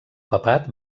papat